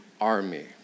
army